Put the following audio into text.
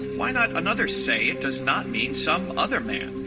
why not another say it does not meet some other man?